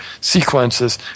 sequences